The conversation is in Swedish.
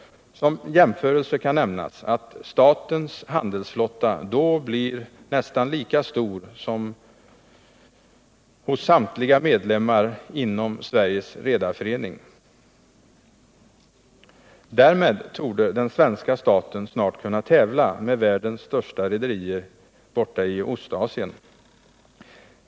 Som jämförelse kan nämnas att statens handelsflotta då blir nästan lika stor som den som samtliga medlemmar inom Sveriges redareförening sammanlagt har. Därmed torde den svenska staten snart kunna tävla med världens största rederier i Ostasien.